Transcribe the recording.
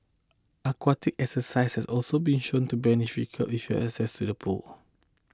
aquatic exercises also been shown to be beneficial if you access to a pool